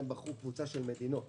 הם בחרו קבוצה של מדינות